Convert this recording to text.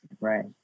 Right